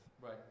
Right